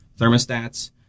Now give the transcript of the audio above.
thermostats